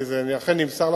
כי זה אכן נמסר לפרוטוקול.